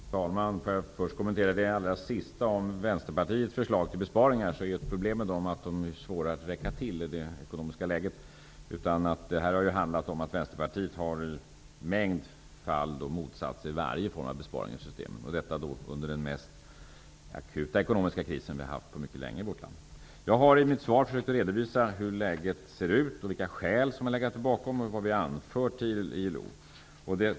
Fru talman! Får jag först kommentera Vänsterpartiets förslag till besparingar. Problemet är att det är svårt att få dem att räcka till i det ekonomiska läget. Vänsterpartiet har i en mängd fall motsatt sig varje form av besparingar i systemet -- under den mest akuta ekonomiska kris som vi har haft på mycket länge i vårt land. I mitt svar har jag försökt redovisa hur läget ser ut och vilka skäl som har legat bakom vad vi har anfört till ILO.